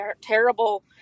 terrible